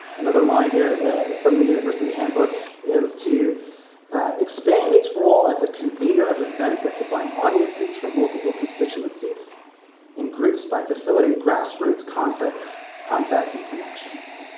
another line here from the university handbook is to expand its role as a convener of events that combine audiences from multiple constituencies and groups by facilitating grassroots contacts contacts and connections.